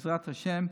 בעזרת השם,